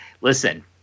listen